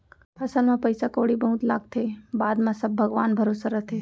फसल म पइसा कउड़ी बहुत लागथे, बाद म सब भगवान भरोसा रथे